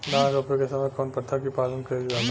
धान रोपे के समय कउन प्रथा की पालन कइल जाला?